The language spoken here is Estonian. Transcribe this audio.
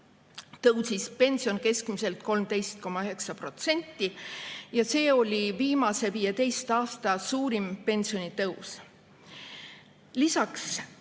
tõusis pension keskmiselt 13,9%. See oli viimase 15 aasta suurim pensionitõus. Teiseks,